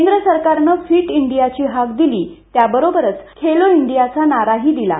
केंद्र सरकारनं फिट इंडीयाची हाक दिली त्याबरोबरच खेलो इंडियाचा नाराही दिला